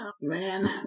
man